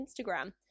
Instagram